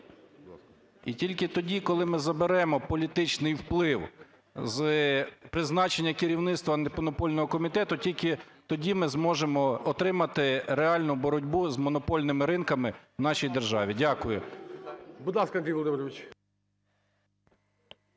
І тільки тоді, коли ми заберемо політичний вплив з призначення керівництва Антимонопольного комітету, тільки тоді ми зможемо отримати реальну боротьбу з монопольними ринками в нашій державі. Дякую.